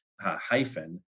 hyphen